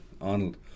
Arnold